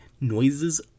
noises